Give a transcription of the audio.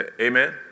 Amen